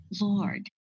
Lord